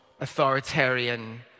authoritarian